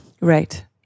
Right